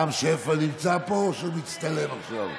רם שפע נמצא פה או שהוא מצטלם עכשיו?